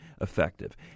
effective